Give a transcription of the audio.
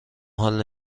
حال